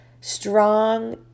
strong